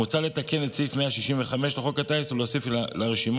מוצע לתקן את סעיף 165 לחוק הטיס ולהוסיף לרשימת